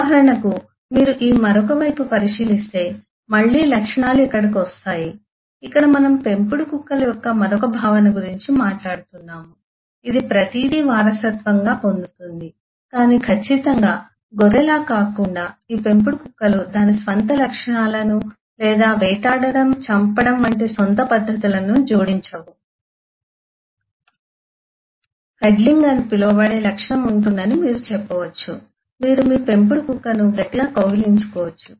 ఉదాహరణకు మీరు ఈ మరొక వైపు పరిశీలిస్తే మళ్ళీ లక్షణాలు ఇక్కడకు వస్తాయి ఇక్కడ మనం పెంపుడు కుక్కల యొక్క మరొక భావన గురించి మాట్లాడుతున్నాము ఇది ప్రతిదీ వారసత్వంగా పొందుతుంది కాని ఖచ్చితంగా గొర్రెలా కాకుండా ఈ పెంపుడు కుక్కలు దాని స్వంత లక్షణాలను లేదా వేటాడడం చంపడం వంటి సొంత పద్ధతులను జోడించవు ముద్దాడుట అని పిలువబడే లక్షణం ఉంటుందని మీరు చెప్పవచ్చు మీరు మీ పెంపుడు కుక్కను గట్టిగా కౌగిలించుకోవచ్చు